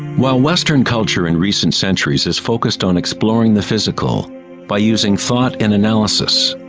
while western culture in recent centuries has focused on exploring the physical by using thought and analysis,